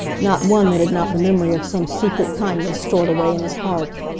not one that had not the memory of some secret kindness stored away in his heart.